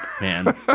man